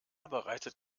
bereitet